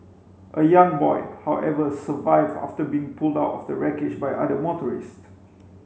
a young boy however survived after being pulled out of the wreckage by other motorists